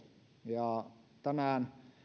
ja tänään